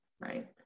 right